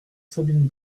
sabine